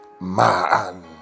man